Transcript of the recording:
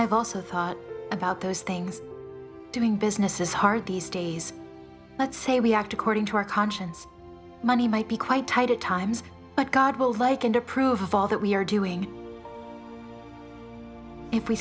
i've also thought ready about those things doing business is hard these days let's say we act according to our conscience money might be quite tight at times but god will like and approve of all that we are doing if we